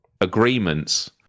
agreements